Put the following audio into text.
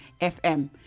FM